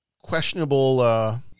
questionable